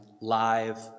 live